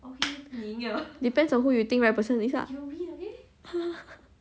depends on who you think the right person is lah